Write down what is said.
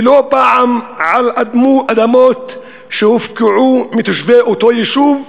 ולא פעם על אדמות שהופקעו מתושבי אותו יישוב,